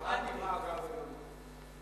קראתי מה ה-""Guardian אומר.